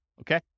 Okay